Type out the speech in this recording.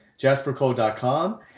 jaspercole.com